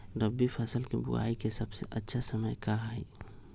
रबी फसल के बुआई के सबसे अच्छा समय का हई?